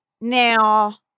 Now